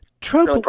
Trump